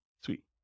Sweet